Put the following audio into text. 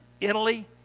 Italy